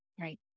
Right